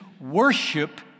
worship